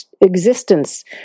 existence